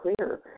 clear